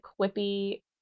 quippy